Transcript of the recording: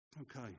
Okay